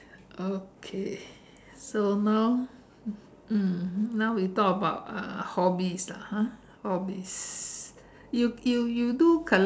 okay so now mm now we talk about uh hobbies lah ha hobbies you you you do